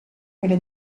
quelle